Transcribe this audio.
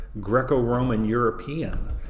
Greco-Roman-European